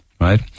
right